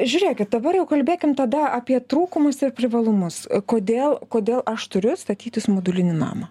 žiūrėkit dabar jau kalbėkim tada apie trūkumus ir privalumus kodėl kodėl aš turiu statytis modulinį namą